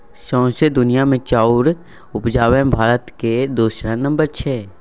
सौंसे दुनिया मे चाउर उपजाबे मे भारत केर दोसर नम्बर छै